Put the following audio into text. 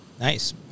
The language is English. nice